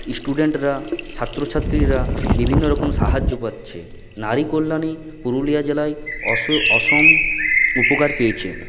ইস্টুডেন্টরা ছাত্রছাত্রীরা বিভিন্ন রকম সাহায্য পাচ্ছে নারী কল্যাণে পুরুলিয়া জেলায় অস অসম উপকার পেয়েছে